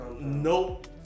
nope